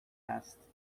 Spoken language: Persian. است